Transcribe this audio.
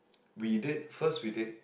we did first we did